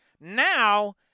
Now